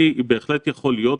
בהחלט יכול להיות,